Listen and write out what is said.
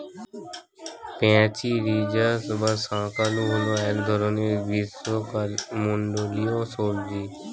প্যাচিরিজাস বা শাঁকালু হল এক ধরনের গ্রীষ্মমণ্ডলীয় সবজি